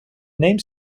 name